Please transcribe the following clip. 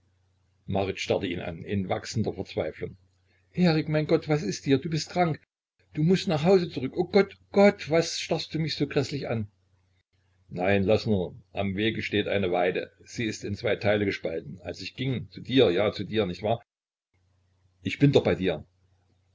marit starrte ihn an in wachsender verzweiflung erik mein gott was ist dir du bist krank du mußt nach hause zurück o gott gott was starrst du mich so gräßlich an nein laß nur am wege steht eine weide sie ist in zwei teile gespalten als ich ging zu dir ja zu dir nicht wahr ich bin doch bei dir